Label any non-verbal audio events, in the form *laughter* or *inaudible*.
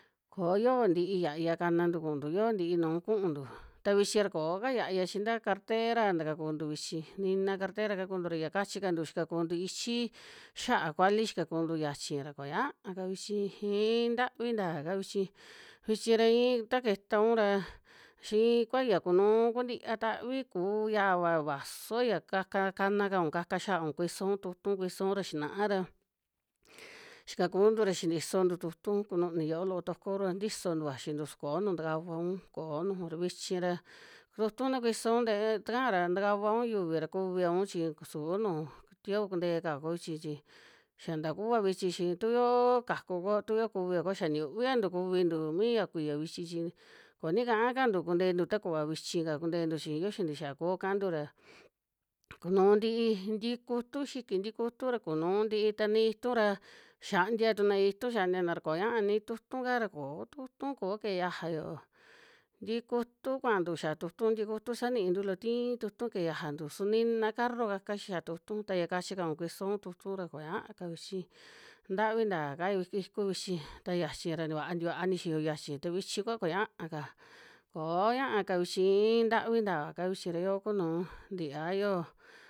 Ko yoo ntii ya'ya kanantu kuuntu yoo ntii nu kuuntu, ta vichi ra kooka ya'ya chi ntaa kartera nta kakuntu vichi, nina kartera kakuntu ra ya kachikantu xikakuntu ichii xia'a kuali xikakuntu xiachi ra kuñaa'ka vichi iin ntavi nta kaa vichi, vichi ra iin ta ketaun ra xi ii kua ya kunuu kuntia tavi kuu yava, vasoo ya kaka kana kaun ya kaka xia'aun, kuisoun tu'utu kuisoun ra, *noise* xinaa ra xikakuntu ra xintisontu tu'utu kununi yo'ó loo tokoru a ntisontu vaxintu su koo nuju takavaun, koo nuju ra vichi ra tu'utu na kuison te takaa ra takavaun yuvi ra kuviaun, chi suu nu tievo kuntekao kua vichi chi xa nta kua vichi chi tu yoo kaku kuo, a tu yo kuvia kuyo, xia ni yuviantu kuvintu mi ya kuiya vichi chi ko ni kaa kantu kuntentu ta kuva vichi'ka kuntentu, chi yo xia ntii xia'a kuo kantu ra, kunuu ntii, ntikutu xiki, ntikutu ra kunuu ntii, ta ni itun ra xiantia tuna itun xiantiana ra koñaa ni tu'utu'ka ra, koo tu'utu ko'o kee yajayo, ntikutu kuantu xaa tu'utu tikutu sa niintu loo ti tu'utu keje yiajantu, su nina carro kaka xia tu'utu, ta ya kachi kaun kuison tu'utu ra kuñia'ka vichi ntavi ntaa ka- va iku vichi, ta yiachi vaa ntikua nixiyo yiachi ta vichi kua kuñaa'ka, koo ñaa'ka vichi iin ntavi nta kaa vichi ra yoo ku nu ntia, a yoo.